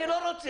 אני לא רוצה.